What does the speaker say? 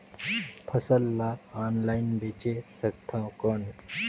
फसल ला ऑनलाइन बेचे सकथव कौन?